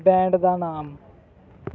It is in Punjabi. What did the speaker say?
ਬੈਂਡ ਦਾ ਨਾਮ